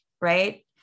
right